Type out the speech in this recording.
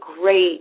great